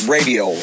Radio